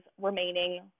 remaining